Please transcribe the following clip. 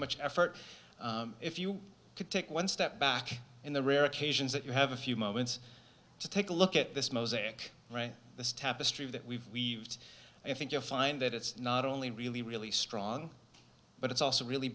much effort if you could take one step back in the rare occasions that you have a few moments to take a look at this mosaic right the tapestry that we i think you find that it's not only really really strong but it's also really